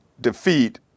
defeat